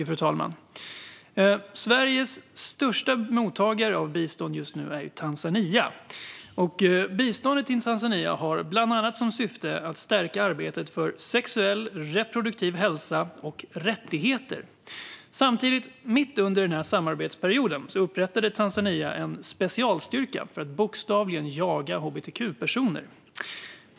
Fru talman! Sveriges största mottagare av bistånd just nu är Tanzania. Biståndet till Tanzania har bland annat som syfte att stärka arbetet för sexuell och reproduktiv hälsa och rättigheter. Samtidigt, mitt under samarbetsperioden, upprättade Tanzania en specialstyrka för att bokstavligen jaga hbtq-personer.